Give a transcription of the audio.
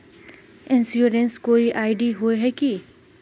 Insurance कोई ID होय है की?